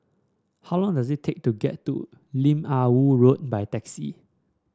how long does it take to get to Lim Ah Woo Road by taxi